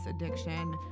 addiction